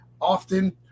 often